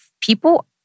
people